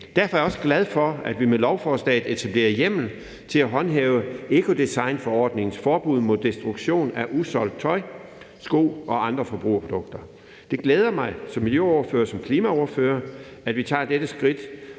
Derfor er jeg også glad for, at vi med lovforslaget etablerer hjemmel til at håndhæve ecodesignforordningens forbud mod destruktion af usolgt tøj og usolgte sko og andre forbrugerprodukter. Det glæder mig som miljøordfører og som klimaordfører, at vi tager dette skridt